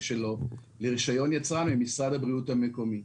שלו לרישיון יצרן ממשרד הבריאות המקומי.